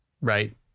right